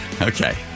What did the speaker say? Okay